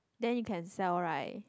then you can sell right